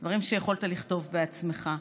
אלה דברים שיכולת לכתוב בעצמך.